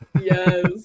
yes